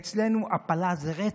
אצלנו הפלה זה רצח.